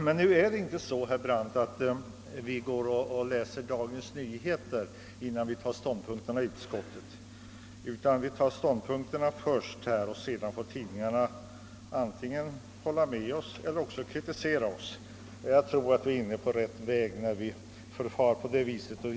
Det är nu inte så, herr Brandt, att vi läser Dagens Nyheter innan vi fattar ståndpunkt i utskottet, utan vi tillkännager först vår uppfattning, och sedan får tidningarna antingen hålla med oss eller kritisera oss. Jag tror att vi är inne på rätt väg när vi förfar på det viset.